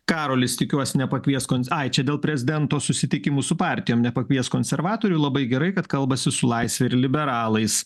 karolis tikiuosi nepakvies ai čia dėl prezidento susitikimų su partijom nepakvies konservatorių labai gerai kad kalbasi su laisve ir liberalais